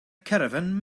caravan